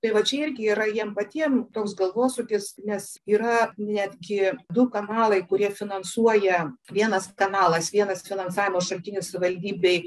tai va čiai irgi yra jiem patiem toks galvosūkis nes yra netgi du kanalai kurie finansuoja vienas kanalas vienas finansavimo šaltinis valdybėj